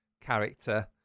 character